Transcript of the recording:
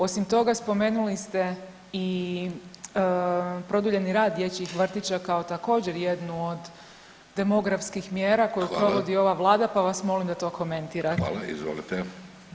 Osim toga spomenuli ste i produljeni rad dječjih vrtića kao također jednu od demografskih mjera koju provodi [[Upadica: Hvala.]] ova vlada pa vas molim da to komentirate.